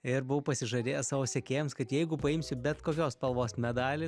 ir buvau pasižadėjęs savo sekėjams kad jeigu paimsiu bet kokios spalvos medalį